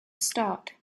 start